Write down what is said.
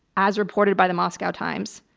as reported by the moscow times.